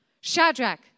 Shadrach